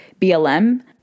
BLM